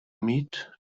meet